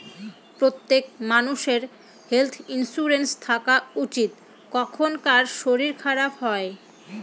প্রত্যেক মানষের health insurance থাকা উচিত, কখন কার শরীর খারাপ হয়